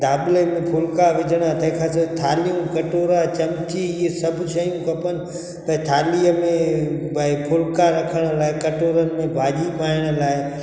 दाॿले में फुल्का विझण तंहिंखां सवाइ थालियूं कटोरा चमची इहे सभु शयूं खपनि त थालीअ में भाई फुल्का रखण लाइ कटोरनि में भाॼी पाइण लाइ